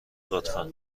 لطفا